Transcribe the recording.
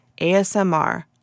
ASMR